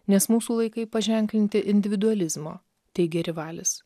nes mūsų laikai paženklinti individualizmo teigia rivalis